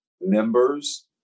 members